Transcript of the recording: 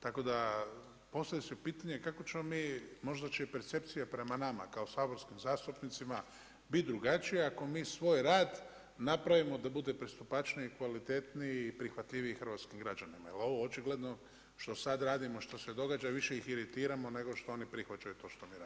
Tako da, postavlja se pitanje kako ćemo mi, možda će i percepcija prema nama kao saborskim zastupnicima biti drugačija ako mi svoj rad napravimo da bude pristupačniji, kvalitetniji, prihvatljivi hrvatskim građanima jer ovo očigledno što sad radimo, što se događa, više ih iritiramo nego što oni prihvaćaju to što mi radimo.